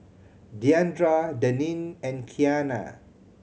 Diandra Daneen and Kianna